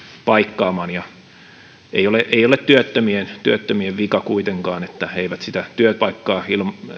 paikkaamaan ei ole työttömien työttömien vika kuitenkaan että he eivät sitä työpaikkaa